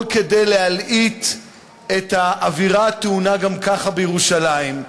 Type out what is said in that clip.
הכול כדי להלהיט את האווירה הטעונה גם ככה בירושלים.